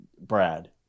Brad